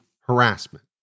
harassment